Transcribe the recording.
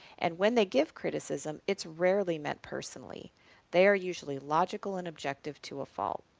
and when they give criticism it's rarely meant personally they are usually logical and objective to a fault.